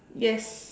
yes